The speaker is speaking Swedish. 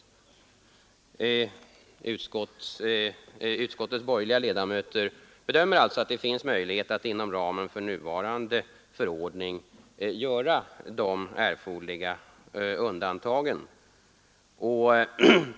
Utskottets borgerliga ledamöter anser alltså att det finns möjligheter att inom ramen för nuvarande förordning göra de erforderliga undantagen.